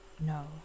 No